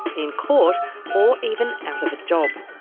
in court or even out of a job.